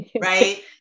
right